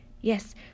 Yes